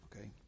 okay